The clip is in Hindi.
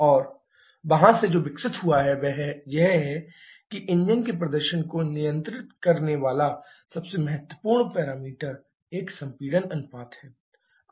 और वहां से जो विकसित हुआ है वह यह है कि इंजन के प्रदर्शन को नियंत्रित करने वाला सबसे महत्वपूर्ण पैरामीटर एक संपीड़न अनुपात है